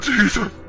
Jesus